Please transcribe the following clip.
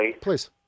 Please